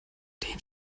den